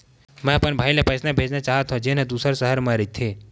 मेंहा अपन भाई ला पइसा भेजना चाहत हव, जेन हा दूसर शहर मा रहिथे